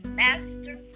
master